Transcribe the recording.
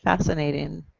fascinating,